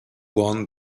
won